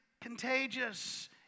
contagious